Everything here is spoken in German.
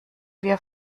wir